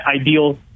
ideal